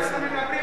אולי כן.